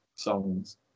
songs